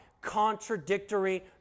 contradictory